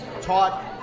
taught